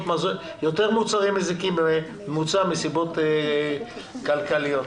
יותר מוצרים מזיקים בממוצע מסיבות כלכליות.